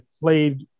played